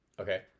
Okay